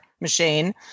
machine